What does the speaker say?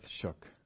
shook